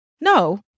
No